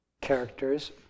characters